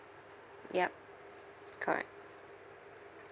ya correct